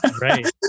right